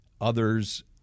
others